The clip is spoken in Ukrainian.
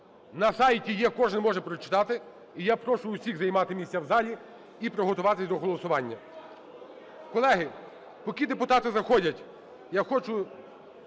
на сайті є, кожен може прочитати. І я прошу усіх займати місця в залі і приготуватись до голосування. Колеги, поки депутати заходять, я хочу